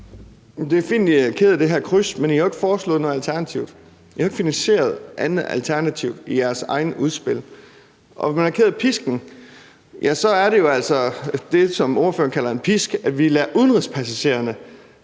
Det er fint, at I er kede af det her kryds, men I har jo ikke foreslået noget alternativ. I har ikke finansieret noget alternativ i jeres eget udspil. Og hvis man er ked af pisken, vil jeg sige, at det, som spørgeren kalder en pisk, er, at vi lader udenrigspassagererne